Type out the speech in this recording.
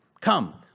Come